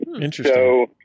Interesting